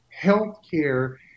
Healthcare